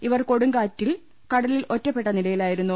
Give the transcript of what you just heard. ഇവർ കൊടുംങ്കാറ്റിൽ കടലിൽ ഒറ്റപ്പെട്ട നിലയിലായി രുന്നു